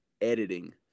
editing